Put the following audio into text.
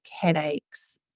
headaches